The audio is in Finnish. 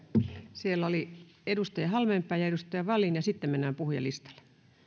siellä on edustaja halmeenpää ja edustaja wallin ja sitten mennään puhujalistalle